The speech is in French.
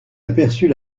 aperçut